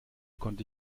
konnte